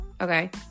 okay